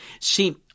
See